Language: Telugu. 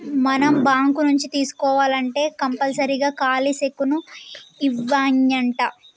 మనం బాంకు నుంచి తీసుకోవాల్నంటే కంపల్సరీగా ఖాలీ సెక్కును ఇవ్యానంటా